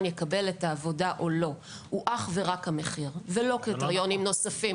יקבל את העבודה או לא הוא אך ורק המחיר ולא קריטריונים נוספים